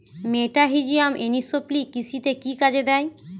মেটাহিজিয়াম anisopliae কৃষিতে কি কাজে দেয়?